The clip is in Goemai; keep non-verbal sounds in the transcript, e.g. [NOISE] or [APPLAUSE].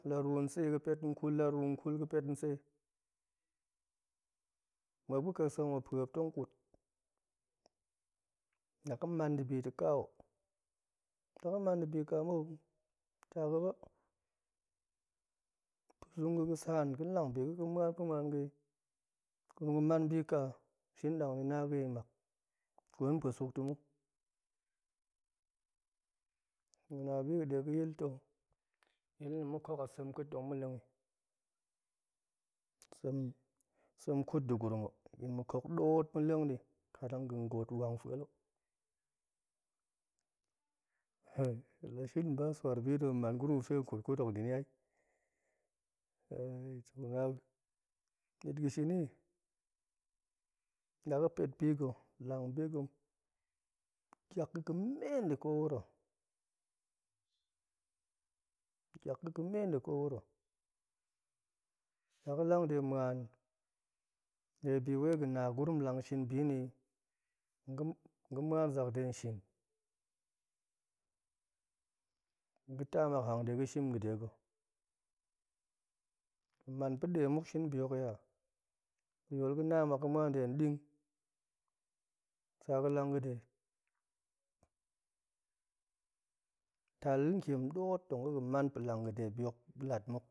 Laruu ntse, ga̱pet nkul, laruu nkul ga̱pet ntse, muop ga̱ƙekse muop pue muop tong ƙut laga̱ mang ndibi ta̱ ka o laga̱ man ndibi mou, taga̱ ba, pa̱zung ga̱ ga̱ saan, ga̱n lang bi ga̱ tong ga̱ ma̱an pa̱ ma̱an ga̱ i nda̱gurum man bi ƙa, shin ni na ga̱ i mak, gwun pue suk ta̱ mu, ga̱ na bi ga̱ ɗe ga̱yil ta̱, ni ma̱n yil tong ma̱ ƙok a sem keet tong ma̱ leng i. sem-sem kuut nda̱ gurum o, yin ma̱ ƙok ɗoot ma̱ leng ni, ƙat an ga̱n goot wang fuel, [HESITATION] hen la shin ba swar bi na̱ hen man gurum ga̱fe hen kut kut hok nda̱ ni ai [UNINTELLIGIBLE] ɓit ga̱ shini, laga̱ pet biga̱, lang biga̱ ƙiak ga̱ ga̱me nda̱ kowuro-ƙiak ga̱ ga̱me nda̱ kowuro, laga̱ lang de ma̱an de bi wai ga̱ na gurum lang tong shin bina̱ i nga̱-nga̱ ma̱an zak de nshin, nga̱ nmak hanga̱de ga̱ shim ga̱de ga̱, ga̱ man pa̱ɗe muk shin bihok i a, ga̱yol ga̱ na nmak ga̱ ma̱an nde nɗing, sa ga̱ lang ga̱de, tal nƙiem ɗoot tong ga̱ ga̱ man pa̱ lang ga̱de bihok pa̱lat muk